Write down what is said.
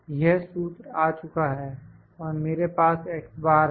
यह सूत्र आ चुका है और मेरे पास x बार हैं